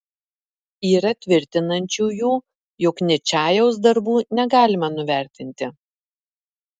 yra tvirtinančiųjų jog ničajaus darbų negalima nuvertinti